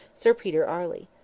sir peter arley.